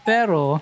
Pero